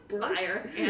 Fire